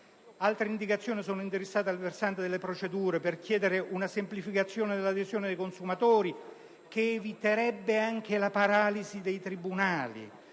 Altre indicazioni sono indirizzate al versante delle procedure per chiedere una semplificazione dell'adesione dei consumatori, che eviterebbe anche la paralisi dei tribunali.